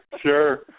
sure